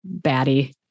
baddie